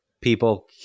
people